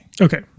Okay